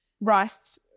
rice